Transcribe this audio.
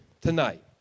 tonight